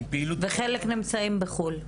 וחלק נמצאים בחו"ל.